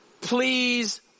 Please